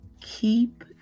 Keep